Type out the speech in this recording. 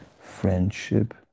friendship